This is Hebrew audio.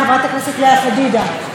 חברת הכנסת לאה פדידה,